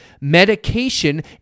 Medication